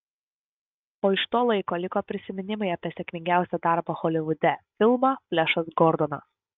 o iš to laiko liko prisiminimai apie sėkmingiausią darbą holivude filmą flešas gordonas